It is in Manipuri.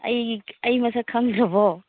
ꯑꯩ ꯑꯩ ꯃꯁꯛ ꯈꯪꯗ꯭ꯔꯥꯕꯣ